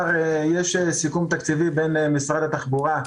לנגישות במשרד התחבורה,